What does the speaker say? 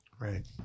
Right